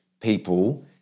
people